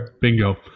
Bingo